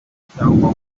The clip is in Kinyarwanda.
cyangwa